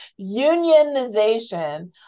unionization